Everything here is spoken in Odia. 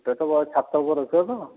କେତେ ଛାତ ଉପରେ ରଖିବ ତ